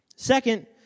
Second